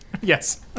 Yes